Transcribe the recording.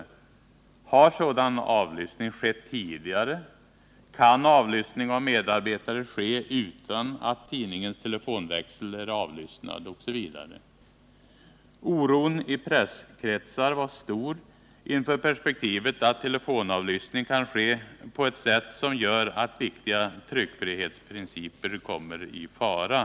Har sådan avlyssning skett tidigare? Kan avlyssning av medarbetare ske utan att tidningens telefonväxel är avlyssnad, osv.? Oron i presskretsar var stor inför perspektivet att telefonavlyssning kan ske på ett sätt som gör att viktiga tryckfrihetsprinciper kommer i fara. Bl.